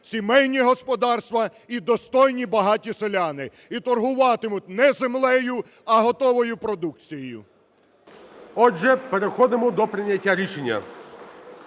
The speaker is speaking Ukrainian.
сімейні господарства і достойні багаті селяни. І торгуватимуть не землею, а готовою продукцією. ГОЛОВУЮЧИЙ. Отже, переходимо до прийняття рішення.